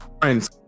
friends